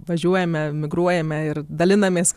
važiuojame migruojame ir dalinamės